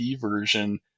version